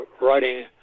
writing